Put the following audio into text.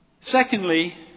Secondly